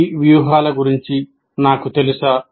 ఈ వ్యూహాల గురించి నాకు తెలుసా